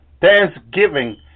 Thanksgiving